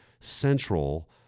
central